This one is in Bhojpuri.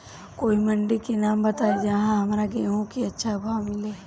कोई मंडी के नाम बताई जहां हमरा गेहूं के अच्छा भाव मिले?